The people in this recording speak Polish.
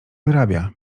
wyrabia